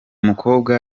mukobwa